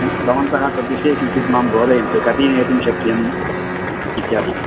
ह्म् भवन्तः तद्विषये किञ्चित् मां बोधयन्तु कति नेतुं शक्यम् इत्यादिकम्